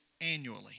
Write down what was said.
annually